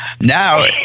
Now